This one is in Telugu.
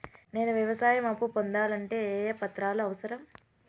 నేను వ్యవసాయం అప్పు పొందాలంటే ఏ ఏ పత్రాలు అవసరం?